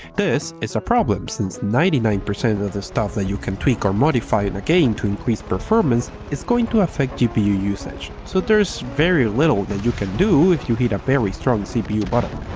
this is a problem since ninety nine percent of the stuff that you can tweak or modify on and a game to increase performance is going to affect gpu usage, so there is very little that you can do if you hit a very strong cpu but